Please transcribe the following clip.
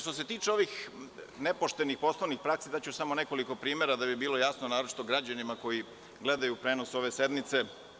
Što se tiče ovih nepoštenih poslovnih praksi, samo ću nekoliko primera navesti da bi bilo jasno naročito građanima koji gledaju prenos ove sednice.